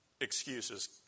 Excuses